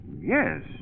yes